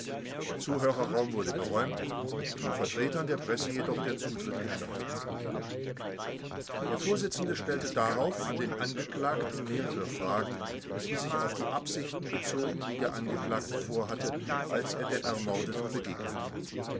der zuhörerraum wurde geräumt den vertretern der presse jedoch der zutritt gestattet der vorsitzende stellte darauf an den angeklagten mehrere fragen die sich auf die absichten bezogen die der angeklagte vorhatte als er der ermordeten begegnete